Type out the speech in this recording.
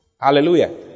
Hallelujah